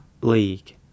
league